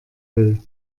will